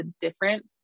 different